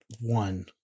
one